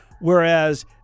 Whereas